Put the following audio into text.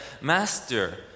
Master